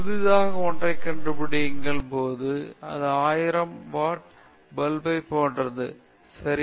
நீங்கள் புதிதாக ஒன்றைக் கண்டுபிடிக்கும் போது அது ஆயிரம் வாட் பல்பைப் போன்றது இல்லையா